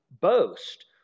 boast